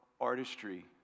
artistry